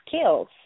skills